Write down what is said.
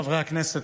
חברי הכנסת,